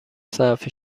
ضعف